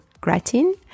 gratin